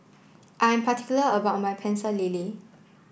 I am particular about my pecel lele